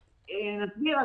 נבהיר.